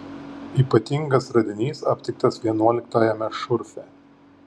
ypatingas radinys aptiktas vienuoliktajame šurfe